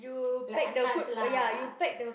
like atas lah